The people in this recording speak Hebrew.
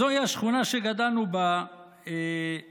זוהי השכונה שגדלנו בה, ניר.